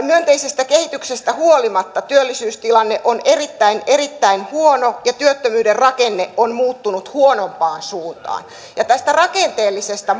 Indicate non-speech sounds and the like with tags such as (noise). (unintelligible) myönteisestä kehityksestä huolimatta työllisyystilanne on erittäin erittäin huono ja työttömyyden rakenne on muuttunut huonompaan suuntaan tästä rakenteellisesta (unintelligible)